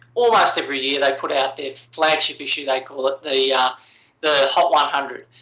almost every year, they put out their flagship issue, they call it the the hot one hundred.